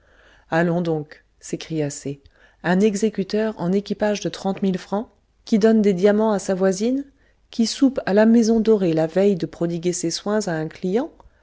allons donc s'écria c un exécuteur en équipage de trente mille francs qui donne des diamants à sa voisine qui soupe à la maison dorée la veille de prodiguer ses soins à un client